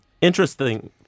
Interesting